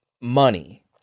money